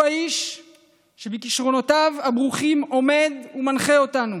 הוא האיש שבכישרונותיו הברוכים עומד ומנחה אותנו